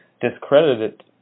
discredited